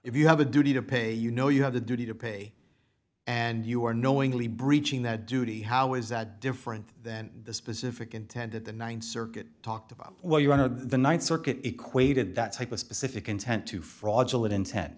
if you have a duty to pay you know you have the duty to pay and you are knowingly breaching that duty how is that different than the specific intent that the th circuit talked about well you know the th circuit equated that type of specific intent to fraudulent intent